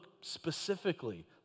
specifically